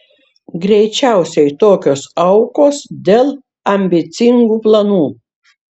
greičiausiai tokios aukos dėl ambicingų planų